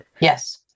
Yes